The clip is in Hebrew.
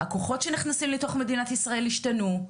הכוחות שנכנסים לתוך מדינת ישראל השתנו.